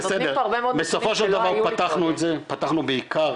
בסופו של דבר, פתחנו את זה, פתחנו בעיקר